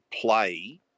play